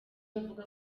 bavuga